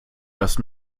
das